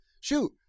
Shoot